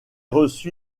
reçu